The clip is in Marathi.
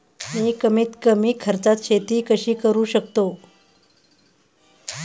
मी कमीत कमी खर्चात शेती कशी करू शकतो?